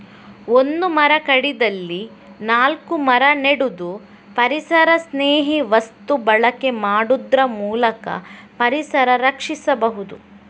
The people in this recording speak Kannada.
ಒಂದು ಮರ ಕಡಿದಲ್ಲಿ ನಾಲ್ಕು ಮರ ನೆಡುದು, ಪರಿಸರಸ್ನೇಹಿ ವಸ್ತು ಬಳಕೆ ಮಾಡುದ್ರ ಮೂಲಕ ಪರಿಸರ ರಕ್ಷಿಸಬಹುದು